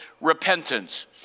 repentance